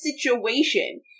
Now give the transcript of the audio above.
situation